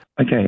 Okay